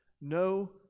No